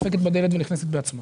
דופקת בדלת ונכנסת בעצמה